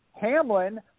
Hamlin